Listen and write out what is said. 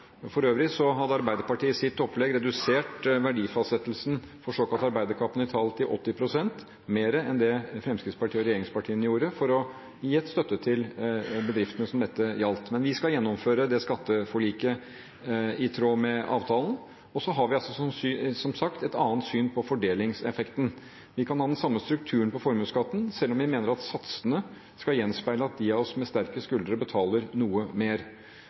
For øvrig hadde Arbeiderpartiet i sitt opplegg redusert verdifastsettelsen av såkalt arbeidende kapital til 80 pst. – mer enn det regjeringspartiene gjorde – for å gi en støtte til bedriftene som dette gjaldt. Vi skal gjennomføre skatteforliket, i tråd med avtalen. Vi har, som sagt, et annet syn på fordelingseffekten. Vi kan ha den samme strukturen for formuesskatten, selv om vi mener at satsene skal gjenspeile at de av oss med sterkest skuldre betaler noe mer.